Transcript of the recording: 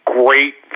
great